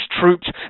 troops